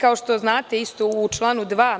Kao što znate u članu 2.